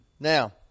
Now